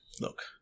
look